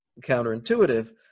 counterintuitive